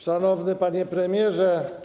Szanowny Panie Premierze!